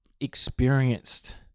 experienced